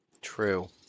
True